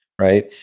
right